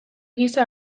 gisa